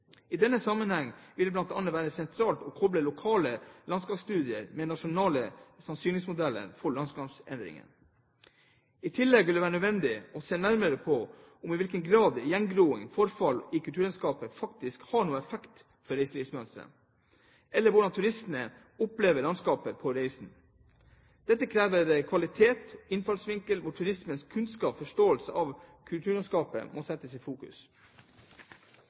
I denne sammenheng vil det bl.a. være sentralt å koble lokale landskapsstudier med nasjonale sannsynlighetsmodeller for landskapsendringer. I tillegg vil det være nødvendig å se nærmere på om og i hvilken grad gjengroing og forfall i kulturlandskapet faktisk har noen effekt på reiselivsmønsteret, eller hvordan turistene opplever landskapet og reisen. Dette krever en kvalitativ innfallsvinkel hvor turistenes kunnskap og forståelse av kulturlandskapet må settes i fokus.